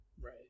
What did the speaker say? Right